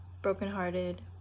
Brokenhearted